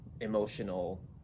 emotional